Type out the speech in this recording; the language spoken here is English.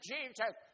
Jesus